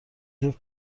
حیف